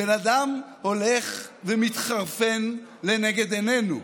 הבן אדם הולך ומתחרפן לנגד עינינו.